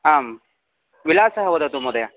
आं विलासः वदतु महोदय